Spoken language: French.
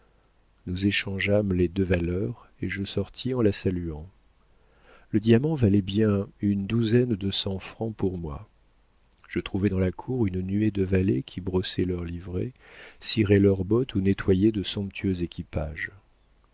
nous échangeâmes les deux valeurs et je sortis en la saluant le diamant valait bien une douzaine de cents francs pour moi je trouvai dans la cour une nuée de valets qui brossaient leurs livrées ciraient leurs bottes ou nettoyaient de somptueux équipages